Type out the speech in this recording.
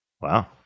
Wow